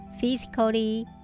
physically